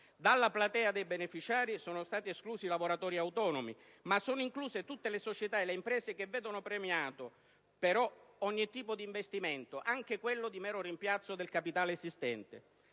Dalla platea dei beneficiari sono stati esclusi i lavoratori autonomi, ma sono incluse tutte le società e le imprese, che vedono premiato però ogni tipo di investimento, anche quello di mero rimpiazzo del capitale esistente.